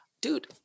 dude